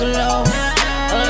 low